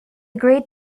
great